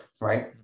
right